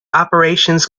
operations